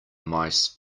mice